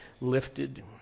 lifted